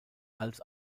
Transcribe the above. als